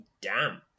damp